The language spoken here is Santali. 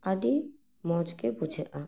ᱟᱹᱰᱤ ᱢᱚᱡᱽ ᱜᱮ ᱵᱩᱡᱷᱟᱹᱜᱼᱟ